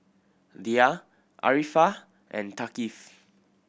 Dhia Arifa and Thaqif